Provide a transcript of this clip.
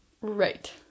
Right